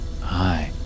Hi